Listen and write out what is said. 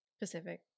Pacific